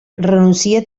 renuncia